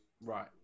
right